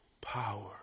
power